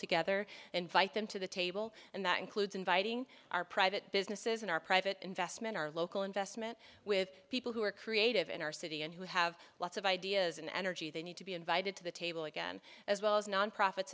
together invite them to the table and that includes inviting our private businesses in our private investment our local investment with people who are creative in our city and who have lots of ideas and energy they need to be invited to the table again as well as non profit